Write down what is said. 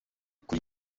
kuri